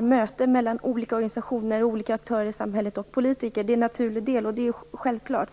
Möten mellan olika organisationer och aktörer i samhället och politiker är självklara, och en naturlig del av det hela.